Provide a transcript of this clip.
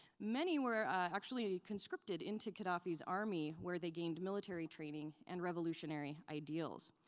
many were actually conscripted into gaddafi's army where they gained military training and revolutionary ideals.